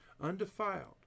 Undefiled